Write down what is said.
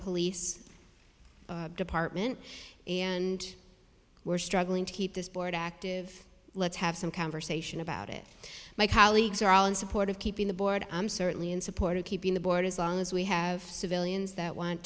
police department and we're struggling to keep this board active let's have some conversation about it my colleagues are all in support of keeping the board i'm certainly in support of keeping the board as long as we have civilians that want